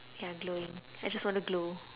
ya glowing I just want to glow